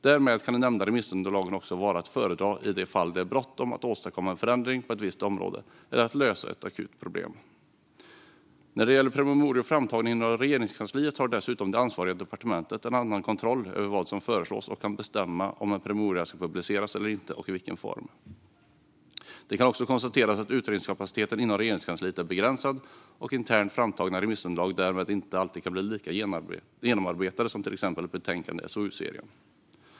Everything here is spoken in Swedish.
Därmed kan de nämnda remissunderlagen också vara att föredra i de fall det är bråttom att åstadkomma en förändring på ett visst område eller lösa ett akut problem. När det gäller promemorior framtagna inom Regeringskansliet har dessutom det ansvariga departementet en annan kontroll över vad som föreslås och kan bestämma om en promemoria ska publiceras eller inte och i vilken form. Det kan också konstateras att utredningskapaciteten inom Regeringskansliet är begränsad och att internt framtagna remissunderlag därmed inte alltid kan bli lika genomarbetade som till exempel betänkanden i SOU-serien.